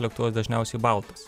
lėktuvas dažniausiai baltas